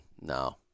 No